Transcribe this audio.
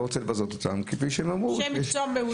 רוצה לבזות אותם -- אנשי מקצוע מעולים.